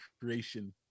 creation